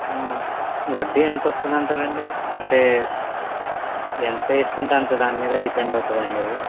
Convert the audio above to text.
ఆ వడ్డీ ఎంత వస్తుంది అంటారండి అంటే ఎంత వేసుకుంటే అంత దానిమీద డిపెండ్ అవుతుందాండి అది